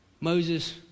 Moses